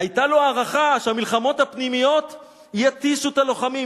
היתה לו הערכה שהמלחמות הפנימיות יתישו את הלוחמים,